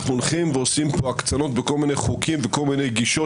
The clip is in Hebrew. ואנחנו הולכים ועושים פה הקצנות בכל מיני חוקים וכל מיני גישות